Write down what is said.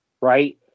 Right